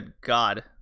God